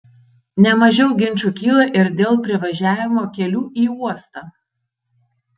ne mažiau ginčų kyla ir dėl privažiavimo kelių į uostą